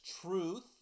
truth